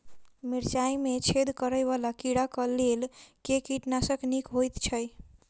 मिर्चाय मे छेद करै वला कीड़ा कऽ लेल केँ कीटनाशक नीक होइ छै?